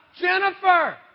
Jennifer